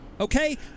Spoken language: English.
okay